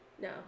No